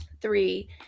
three